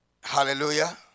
Hallelujah